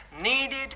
needed